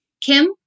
Kim